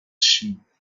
sheep